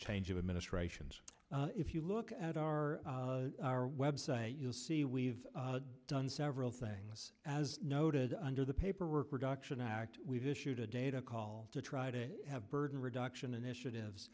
change of administrations if you look at our website you'll see we've done several things as noted under the paperwork reduction act we've issued a data call to try to have burden reduction initiatives